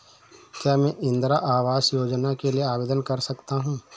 क्या मैं इंदिरा आवास योजना के लिए आवेदन कर सकता हूँ?